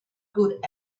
good